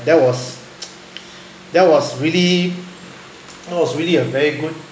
that was that was really that was really a very good